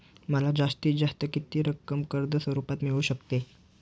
मला जास्तीत जास्त किती रक्कम कर्ज स्वरूपात मिळू शकते?